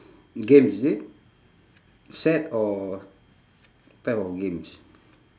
games is it set or type of games